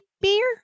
beer